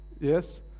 Yes